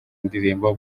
ndirimbo